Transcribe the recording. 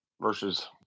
versus